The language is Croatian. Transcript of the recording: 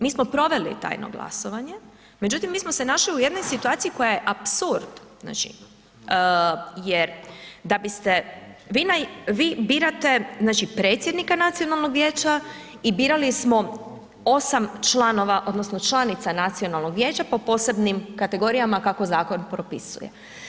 Mi smo proveli tajno glasovanje, međutim mi smo se našli u jednoj situaciji koja je apsurd jer da biste, vi birate znači predsjednika nacionalnog vijeća i birali smo 8 članova odnosno članica nacionalnog vijeća po posebnim kategorijama kako zakon propisuje.